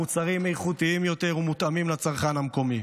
המוצרים איכותיים יותר ומותאמים לצרכן המקומי.